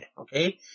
okay